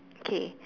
okay